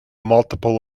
multiple